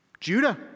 Judah